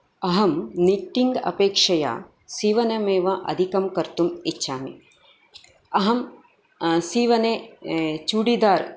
अहं निट्टिङ्ग् अपेक्षया सीवनमेव अधिकं कर्तुम् इच्छामि अहं सीवने चूडिदार्